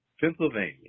Pennsylvania